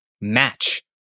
match